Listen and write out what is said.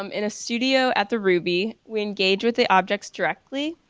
um in a studio at the ruby we engage with the objects directly,